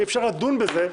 אי-אפשר לדון בזה,